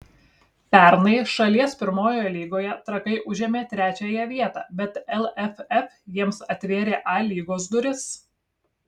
pernai šalies pirmojoje lygoje trakai užėmė trečiąją vietą bet lff jiems atvėrė a lygos duris